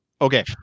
Okay